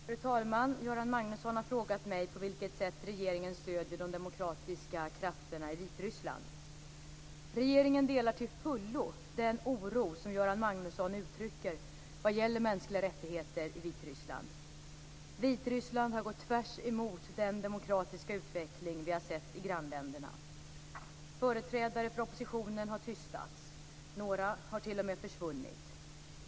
Fru talman! Göran Magnusson har frågat mig på vilket sätt regeringen stöder de demokratiska krafterna i Vitryssland. Regeringen delar till fullo den oro som Göran Magnusson uttrycker vad gäller mänskliga rättigheter i Vitryssland. Vitryssland har gått tvärs emot den demokratiska utveckling vi har sett i grannländerna. Företrädare för oppositionen har tystats. Några har t.o.m. försvunnit.